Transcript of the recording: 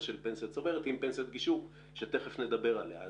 של פנסיה צוברת עם פנסיית גישור שתיכף נדבר עליה.